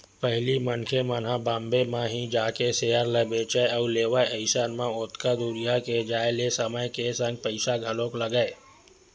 पहिली मनखे मन ह बॉम्बे म ही जाके सेयर ल बेंचय अउ लेवय अइसन म ओतका दूरिहा के जाय ले समय के संग पइसा घलोक लगय